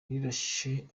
rirashe